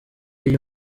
iyo